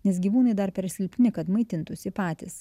nes gyvūnai dar per silpni kad maitintųsi patys